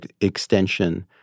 extension